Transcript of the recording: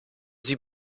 sie